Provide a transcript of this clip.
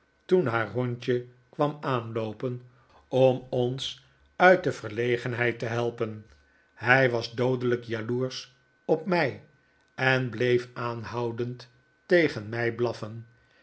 toen haar hondje kwam aanloopen om ons uit de verlegenheid te helpen hij was doodelijk jaloersch op mij en bleef aanhoudend tegen mij blaffen